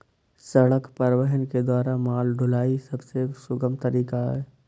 सड़क परिवहन के द्वारा माल ढुलाई सबसे सुगम तरीका है